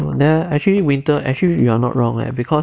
actually winter actually you are not wrong leh because